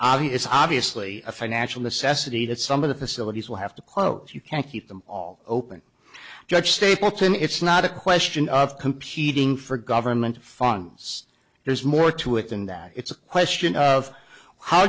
obvious obviously a financial necessity that some of the facilities will have to close you can't keep them all open judge stapleton it's not a question of competing for government funds there's more to it than that it's a question of how